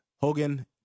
Hogan